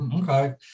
okay